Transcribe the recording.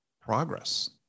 progress